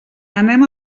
anem